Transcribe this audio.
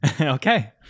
Okay